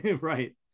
right